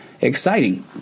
exciting